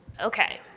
okay.